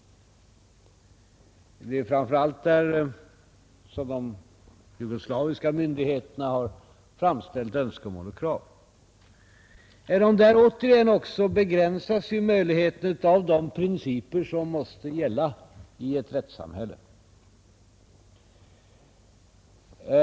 Det är framför allt i detta avseende som de jugoslaviska myndigheterna har framställt önskemål och krav. Även där begränsas återigen möjligheterna av de principer som måste gälla i ett rättssamhälle.